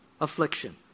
affliction